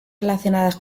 relacionadas